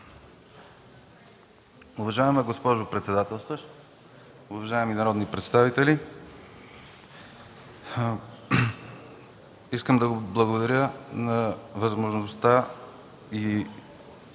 Уважаема госпожо председател, уважаеми народни представители! Искам да благодаря за възможността